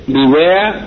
beware